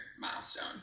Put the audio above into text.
milestone